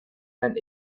and